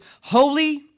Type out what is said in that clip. Holy